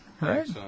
right